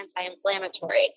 anti-inflammatory